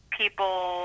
people